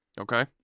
Okay